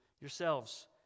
yourselves